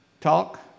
talk